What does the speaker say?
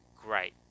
great